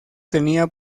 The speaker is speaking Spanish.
tenía